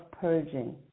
purging